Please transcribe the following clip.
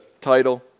title